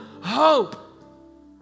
Hope